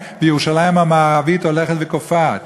וירושלים המערבית הולכת וקופאת.